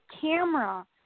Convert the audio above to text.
camera